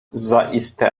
zaiste